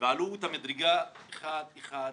וטפסו מדרגה אחר מדרגה.